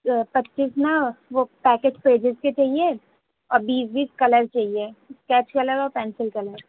پچیس نا وہ پیکٹ پیجز کے چاہیے اور بیس بیس کلر چاہیے اسکیچ کلر اور پینسل کلر